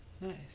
Nice